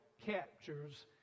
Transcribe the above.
captures